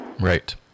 Right